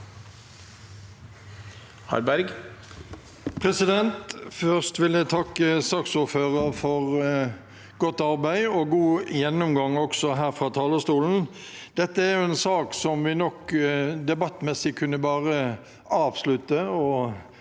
Først vil jeg takke saksordføreren for godt arbeid og en god gjennomgang her fra talerstolen. Dette er en sak som vi debattmessig nok bare kunne